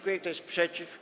Kto jest przeciw?